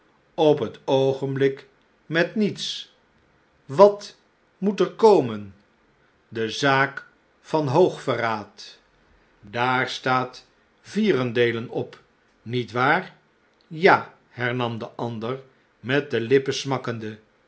op het oogenblik met niets wat moet er komen de zaak van hoogverraad daar staat vierendeelen op niet waar ja hernam de ander met de lippen smakkende